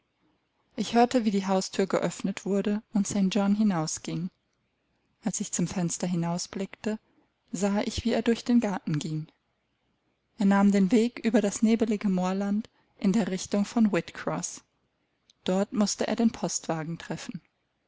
ich hörte wie die hausthür geöffnet wurde und st john hinausging als ich zum fenster hinausblickte sah ich wie er durch den garten ging er nahm den weg über das nebelige moorland in der richtung von whitcroß dort mußte er den postwagen treffen